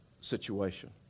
situation